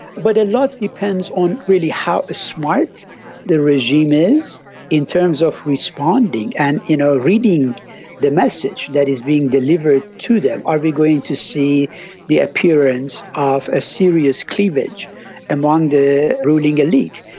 but a lot depends on really how smart the regime is in terms of responding and you know reading the message that is being delivered to them. are we going to see the appearance of a serious cleavage among the ruling elite?